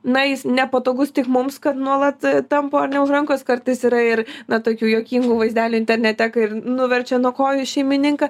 na jis nepatogus tik mums kad nuolat tampo ar ne už rankos kartais yra ir na tokių juokingų vaizdelių internete kai ir nuverčia nuo kojų šeimininką